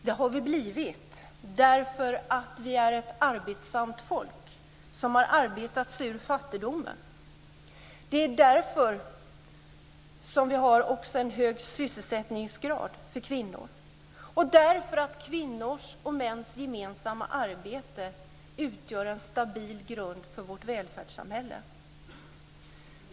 Det har det blivit därför att vi ett arbetsamt folk som har arbetat sig ur fattigdomen - det är därför som vi också har en hög sysselsättningsgrad för kvinnor - och därför att kvinnors och mäns gemensamma arbete utgör en stabil grund för vårt välfärdssamhälle.